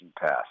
passed